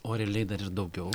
o realiai dar ir daugiau